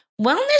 wellness